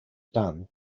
done